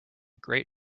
great